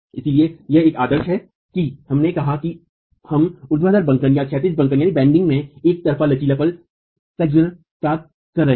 इसलिए यह एक आदर्श है कि हमने कहा कि हम ऊर्ध्वाधर बंकन या क्षैतिज बंकन में एक तरफा लचीलापन प्राप्त कर रहे हैं